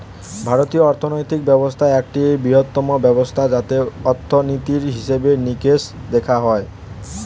ভারতীয় অর্থনৈতিক ব্যবস্থা একটি বৃহত্তম ব্যবস্থা যাতে অর্থনীতির হিসেবে নিকেশ দেখা হয়